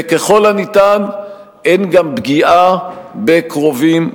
וככל הניתן אין גם פגיעה בקרובים,